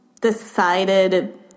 Decided